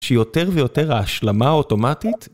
שיותר ויותר ההשלמה אוטומטית.